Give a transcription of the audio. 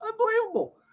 Unbelievable